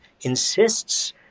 insists